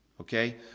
Okay